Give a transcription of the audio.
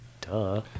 Duh